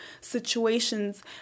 situations